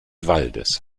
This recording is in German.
waldes